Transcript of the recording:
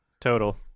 total